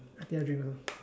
I take a drink first